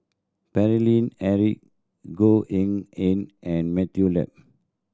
Eric Goh Eng Han and Matthew Yap